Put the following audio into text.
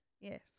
Yes